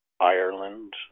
Ireland